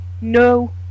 No